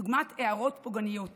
כדוגמת הערות פוגעניות